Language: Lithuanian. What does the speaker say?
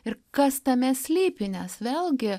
ir kas tame slypi nes vėlgi